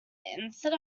instead